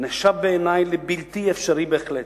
נחשב בעיני לבלתי אפשרי בהחלט.